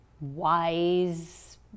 wise